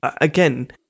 again